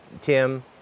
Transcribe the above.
Tim